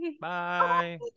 Bye